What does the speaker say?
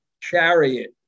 chariot